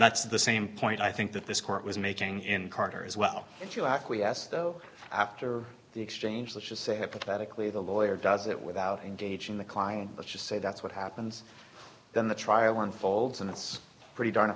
that's the same point i think that this court was making in carter as well if you acquiesce though after the exchange let's just say hypothetically the lawyer does it without engaging the client let's just say that's what happens then the trial unfolds and it's pretty darn